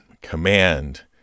command